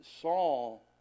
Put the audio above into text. Saul